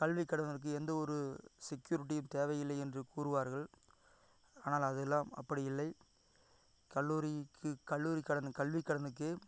கல்வி கடனிற்கு எந்தவொரு செக்யூரிட்டியும் தேவையில்லை என்று கூறுவார்கள் ஆனால் அதெல்லாம் அப்படி இல்லை கல்லூரிக்கு கல்லூரிக் கடன் கல்விக் கடனுக்கு